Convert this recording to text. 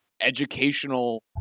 educational